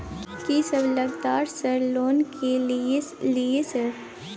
कि सब लगतै सर लोन ले के लिए सर?